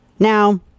Now